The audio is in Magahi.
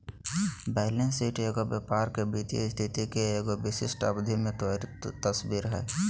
बैलेंस शीट एगो व्यापार के वित्तीय स्थिति के एगो विशिष्ट अवधि में त्वरित तस्वीर हइ